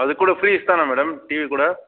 అది కూడా ఫ్రీ ఇస్తారా మేడం టీవీ కూడా